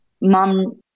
mom